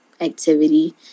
activity